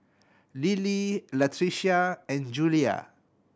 Lily Latricia and Julia